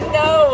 no